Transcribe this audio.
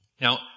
Now